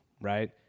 right